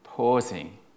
pausing